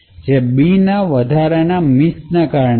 જે Bના વધારાના મિસને કારણે છે